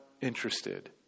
interested